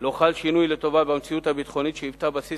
לא חל שינוי לטובה במציאות הביטחונית שהיתה בסיס